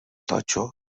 totxo